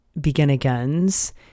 begin-agains